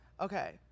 Okay